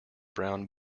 brown